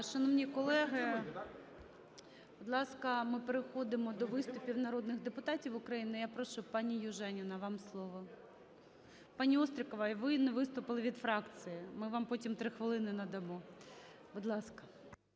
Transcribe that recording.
Шановні колеги, будь ласка, ми переходимо до виступів народних депутатів України. Я прошу, пані Южаніна, вам слово. Пані Острікова, ви не виступили від фракції, ми вам потім 3 хвилини надамо. Будь ласка.